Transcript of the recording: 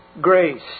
grace